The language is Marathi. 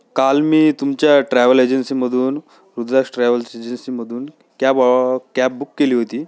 काल मी तुमच्या ट्रॅव्हल एजन्सीमधून ऋतुराज ट्रॅव्हल्स एजन्सीमधून कॅब कॅब बुक केली होती